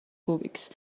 cúbics